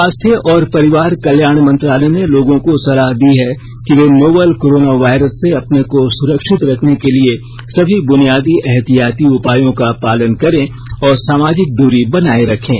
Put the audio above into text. स्वास्थ्य और परिवार कल्याण मंत्रालय ने लोगों को सलाह दी है कि वे नोवल कोरोना वायरस से अपने को सुरक्षित रखने के लिए सभी बुनियादी एहतियाती उपायों का पालन करें और सामाजिक दूरी बनाए रखें